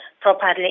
properly